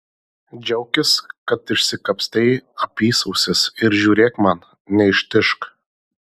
džiaukis kad išsikapstei apysausis ir žiūrėk man neištižk